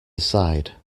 aside